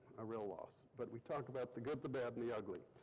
a real loss, but we talk about the good, the bad and the ugly.